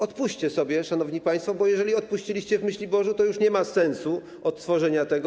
Odpuśćcie sobie, szanowni państwo, bo jeżeli odpuściliście w Myśliborzu, to już nie ma sensu odtworzenia tego.